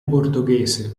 portoghese